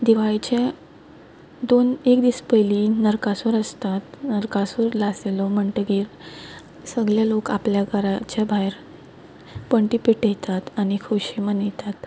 दिवाळीचे दोन एक दीस पयलीं नरकासूर आसता नरकासूर लासयलो म्हणटकीर सगळे लोक आपल्या घराच्या भायर पण्टी पेटयतात आनी खोशी मनयतात